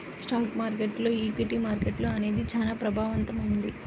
stock మార్కెట్టులో equity market అనేది చానా ప్రభావవంతమైంది